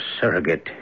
surrogate